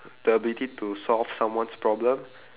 the ability to solve someone's problem